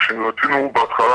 כשרצינו בהתחלה,